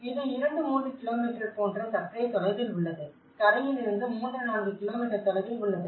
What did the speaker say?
இது 2 3 கிலோமீட்டர் போன்ற சற்றே தொலைவில் உள்ளது கரையிலிருந்து 3 4 கிலோமீட்டர் தொலைவில் உள்ளது